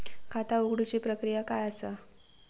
खाता उघडुची प्रक्रिया काय असा?